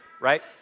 right